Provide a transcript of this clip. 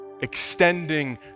extending